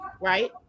Right